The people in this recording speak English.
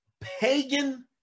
pagan